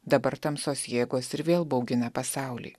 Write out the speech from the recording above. dabar tamsos jėgos ir vėl baugina pasaulį